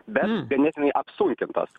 bet ganėtinai apsunkintos